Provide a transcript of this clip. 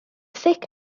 thick